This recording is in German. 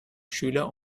schüler